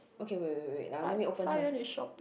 okay wait wait wait wait ya let me open hers